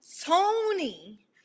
tony